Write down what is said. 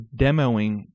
demoing